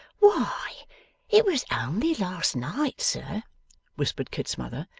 why it was only last night, sir whispered kit's mother,